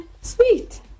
sweet